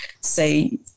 say